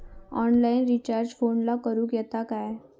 Online recharge फोनला करूक येता काय?